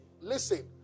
listen